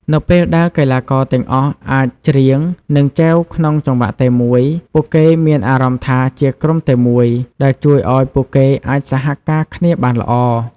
នៅពេលដែលកីឡាករទាំងអស់អាចច្រៀង និងចែវក្នុងចង្វាក់តែមួយ ពួកគេមានអារម្មណ៍ថាជាក្រុមតែមួយ ដែលជួយឲ្យពួកគេអាចសហការគ្នាបានល្អ។